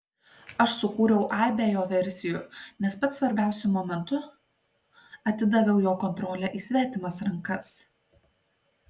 aš sukūriau aibę jo versijų nes pats svarbiausiu momentu atidaviau jo kontrolę į svetimas rankas